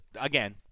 Again